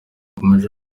yakomeje